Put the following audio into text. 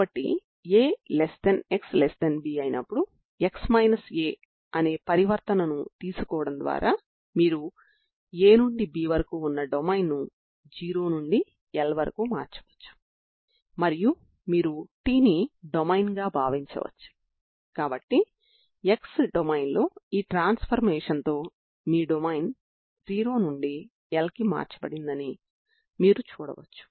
దీనిలో ఉన్న ప్రారంభ నియమాలను వివిధ రకాలుగా తీసుకున్నప్పటికీ ఉదాహరణకు u0tp మీరు సాధారణ విధానంలో కనుకున్నప్పటికీ పరిష్కారం యొక్క ప్రత్యేకతను చూపించవచ్చు